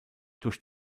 durch